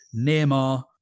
Neymar